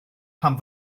pam